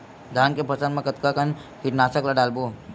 धान के फसल मा कतका कन कीटनाशक ला डलबो?